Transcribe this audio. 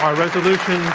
um resolution,